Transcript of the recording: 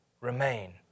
Remain